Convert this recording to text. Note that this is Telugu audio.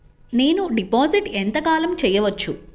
నేను డిపాజిట్ ఎంత కాలం చెయ్యవచ్చు?